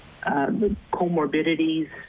comorbidities